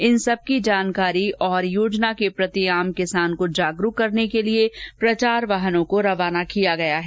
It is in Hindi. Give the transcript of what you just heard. इन सबकी जानकारी तथा योजना के प्रति आम किसान को जागरूक करने के लिए प्रचार वाहनों को रवाना किया गया है